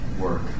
work